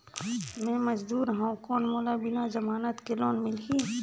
मे मजदूर हवं कौन मोला बिना जमानत के लोन मिलही?